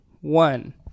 one